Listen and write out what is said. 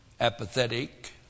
apathetic